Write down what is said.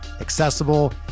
accessible